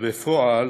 ובפועל